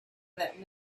that